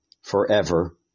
forever